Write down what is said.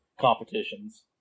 competitions